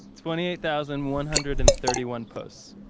twenty eight thousand one hundred and thirty one posts.